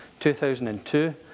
2002